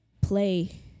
play